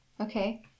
Okay